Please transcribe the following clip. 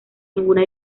ninguna